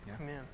Amen